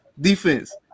Defense